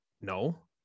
No